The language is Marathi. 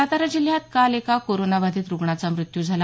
सातारा जिल्ह्यात काल एका कोरोनाबाधित रुग्णाचा मृत्यू झाला